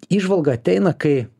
įžvalga ateina kai